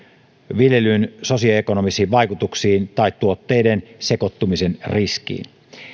viljelyn sosioekonomisiin vaikutuksiin tai tuotteiden sekoittumisen riskiin